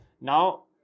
now